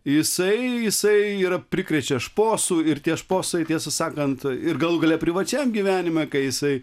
jisai jisai yra prikrečia šposų ir tie šposai tiesą sakant ir galų gale privačiam gyvenime kai jisai